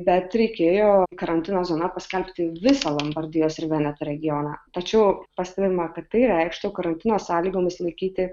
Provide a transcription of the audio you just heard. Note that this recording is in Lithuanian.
bet reikėjo karantino zona paskelbti visą lombardijos ir vieneto regioną tačiau pastebima kad tai reikštų karantino sąlygomis laikyti